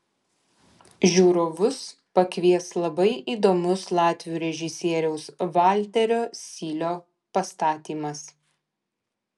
žiūrovus pakvies labai įdomus latvių režisieriaus valterio sylio pastatymas